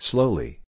Slowly